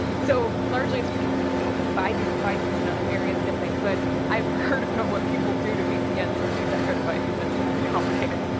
so largely it's because people couldn't buy these devices in other areas and if they could, i've heard about what people do to vpn some of these echo devices and then it's complicated.